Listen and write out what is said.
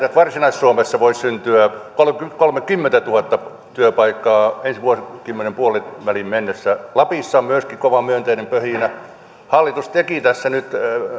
että varsinais suomessa voisi syntyä kolmekymmentätuhatta työpaikkaa ensi vuosikymmenen puoliväliin mennessä lapissa on myöskin kova myönteinen pöhinä hallitus teki tässä nyt